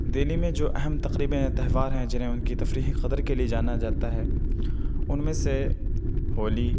دہلی میں جو اہم تقریبیں یا تہوار ہیں جنہیں ان کی تفریحی قدر کے لئے جانا جاتا ہے ان میں سے ہولی